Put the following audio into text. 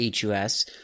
HUS